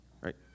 Right